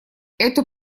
эту